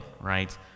right